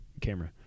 camera